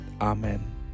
Amen